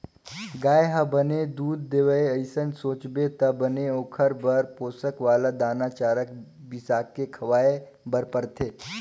गाय ह बने दूद देवय अइसन सोचबे त बने ओखर बर पोसक वाला दाना, चारा बिसाके खवाए बर परथे